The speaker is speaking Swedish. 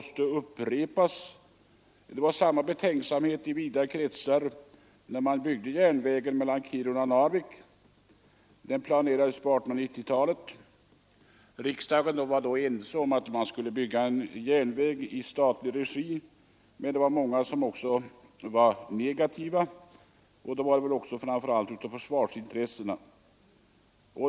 Samma betänksamhet hyste man i vida kretsar när järnvägen mellan Kiruna och Narvik skulle byggas. Den planerades på 1890-talet. Riksdagen var då överens om att man skulle bygga en järnväg i statlig regi men många var negativa, och anledningen till det var framför allt försvarsintressena.